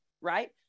right